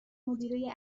مدیره